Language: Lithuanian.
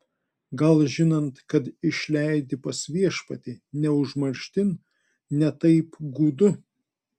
gal žinant kad išleidi pas viešpatį ne užmarštin ne taip gūdu